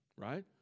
Right